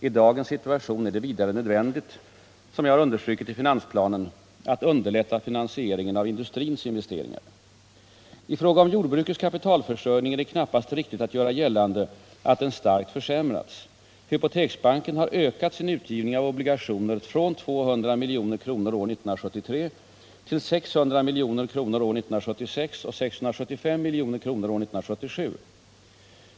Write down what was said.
I dagens situation är det vidare nödvändigt — som jag har understrukit i finansplanen — att underlätta finansieringen av industrins investeringar. I fråga om jordbrukets kapitalförsörjning är det knappast riktigt att göra gällande att den starkt försämrats. Hypoteksbanken har ökat sin utgivning av obligationer från 200 milj.kr. år 1973 till 600 milj.kr. år 1976 och 675 milj.kr. år 1977.